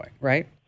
right